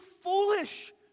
foolish